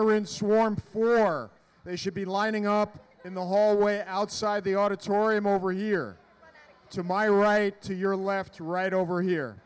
are in swarm for they should be lining up in the hallway outside the auditorium over here to my right to your left or right over here